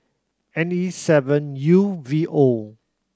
N E seven U V O